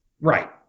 Right